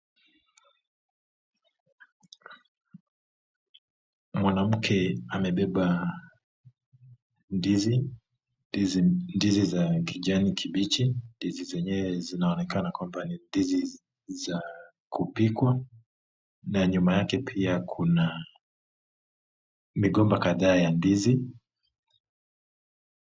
Mwanamke amebeba ndizi, ndizi za kijani kibichi. Ndizi zenyewe zinaonekana kwamba ni ndizi za kupikwa na nyuma yake pia kuna migomba kadhaa ya ndizi.